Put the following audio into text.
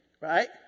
right